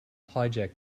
hijack